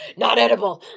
not edible!